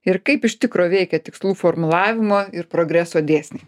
ir kaip iš tikro veikia tikslų formulavimo ir progreso dėsniai